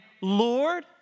Lord